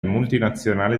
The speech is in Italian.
multinazionali